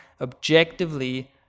objectively